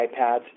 iPads